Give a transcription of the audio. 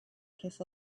kiss